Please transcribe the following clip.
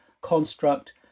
construct